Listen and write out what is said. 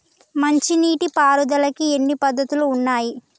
మంచి నీటి పారుదలకి ఎన్ని పద్దతులు ఉన్నాయి?